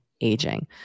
aging